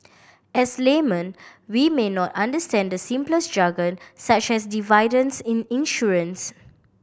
as laymen we may not understand the simplest jargon such as dividends in insurances